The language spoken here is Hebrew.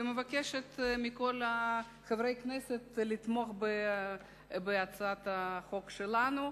ומכל חברי הכנסת אני מבקשת לתמוך בהצעת החוק שלנו.